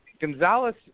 Gonzalez